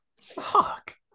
Fuck